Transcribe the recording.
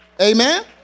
Amen